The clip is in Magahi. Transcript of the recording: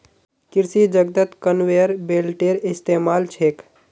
कृषि जगतत कन्वेयर बेल्टेर इस्तमाल छेक